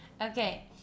okay